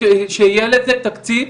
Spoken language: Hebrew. שיהיה לזה תקציב,